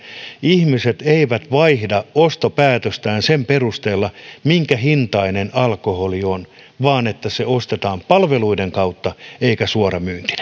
ihmiset eivät vaihda ostopäätöstään sen perusteella minkä hintainen alkoholi on vaan se ostetaan palveluiden kautta eikä suoramyyntinä